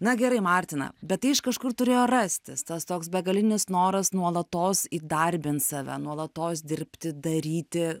na gerai martina bet tai iš kažkur turėjo rastis tas toks begalinis noras nuolatos įdarbint save nuolatos dirbti daryti